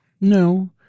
No